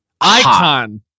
Icon